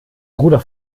bruder